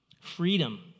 Freedom